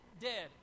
dead